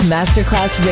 Masterclass